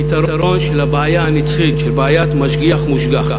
הפתרון של הבעיה הנצחית, של בעיית משגיח מושגח,